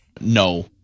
No